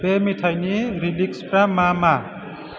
बे मेथाइनि लिरिक्सफ्रा मा मा